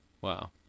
Wow